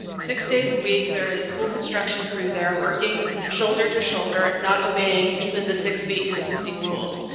six days a week there is full construction crew there working shoulder to shoulder not obeying even the six feet distancing rules.